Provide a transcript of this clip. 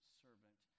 servant